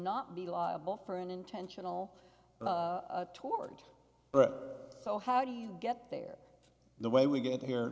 not be liable for an intentional toward but so how do you get there the way we get here